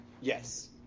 Yes